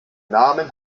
namen